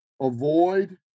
Avoid